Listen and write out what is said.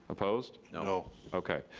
opposed? no. okay,